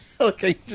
Okay